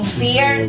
fear